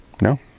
No